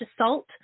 assault